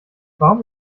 warum